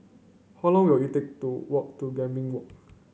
how long will it take to walk to Gambir Walk